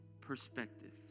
perspective